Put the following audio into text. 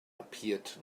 appeared